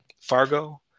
Fargo